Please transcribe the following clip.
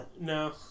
No